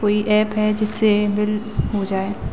कोई ऐप है जिससे बिल हो जाए